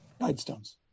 Guidestones